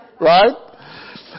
Right